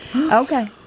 Okay